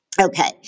Okay